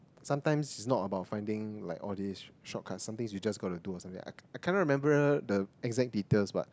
sometimes not about finding like all these shortcuts something you just gonna do or something I I cannot remember the exact details but